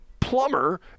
plumber